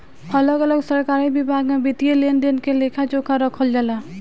अलग अलग सरकारी विभाग में वित्तीय लेन देन के लेखा जोखा रखल जाला